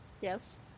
Yes